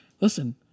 listen